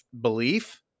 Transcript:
belief